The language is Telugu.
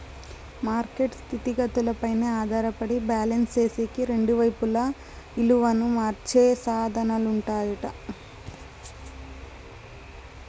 మార్కెట్ స్థితిగతులపైనే ఆధారపడి బ్యాలెన్స్ సేసేకి రెండు వైపులా ఇలువను మార్చే సాధనాలుంటాయట